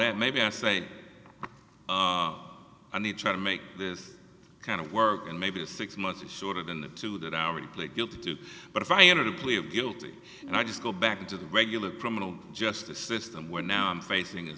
that maybe i say and they try to make this kind of work and maybe six months a shorter than the two that our to plead guilty to but if i enter a plea of guilty i just go back to the regular criminal justice system where now i'm facing a